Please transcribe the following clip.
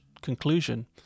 conclusion